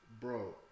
bro